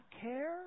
care